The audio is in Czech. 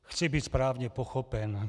Chci být správně pochopen.